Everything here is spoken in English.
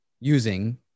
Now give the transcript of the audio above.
using